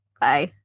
Bye